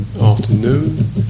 afternoon